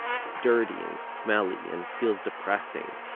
it's dirty, and smelly, and feels depressing.